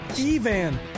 Evan